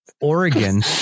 Oregon